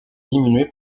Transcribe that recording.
diminuer